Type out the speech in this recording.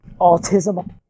autism